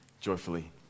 joyfully